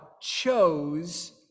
chose